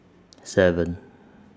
seven